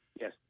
Yes